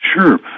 Sure